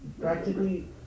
Practically